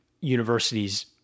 universities